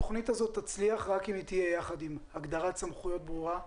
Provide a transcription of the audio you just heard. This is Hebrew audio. התוכנית הזו תצליח רק אם היא תהיה יחד עם הגדרת סמכויות ברורה,